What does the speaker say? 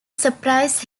surprise